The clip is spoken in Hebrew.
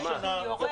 יהיו,